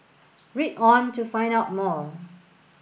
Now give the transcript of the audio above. read on to find out more